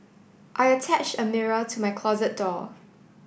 I attached a mirror to my closet door